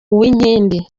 uwinkindi